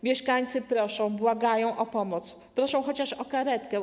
Mieszkańcy proszą, błagają o pomoc, proszą chociaż o karetkę.